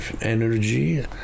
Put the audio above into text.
energy